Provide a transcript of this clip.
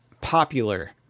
popular